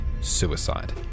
suicide